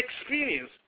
experience